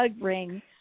ring